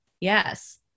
yes